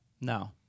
No